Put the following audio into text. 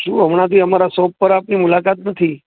શું હમણાં થી અમારા શોપ પર આપની મુલાકાત નથી